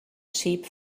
sheep